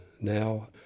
now